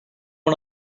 one